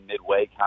midway